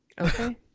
okay